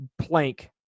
plank